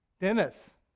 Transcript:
Dennis